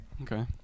Okay